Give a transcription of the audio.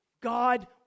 God